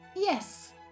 Yes